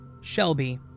Shelby